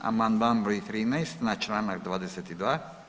Amandman broj 13. na članak 22.